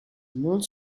monte